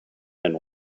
and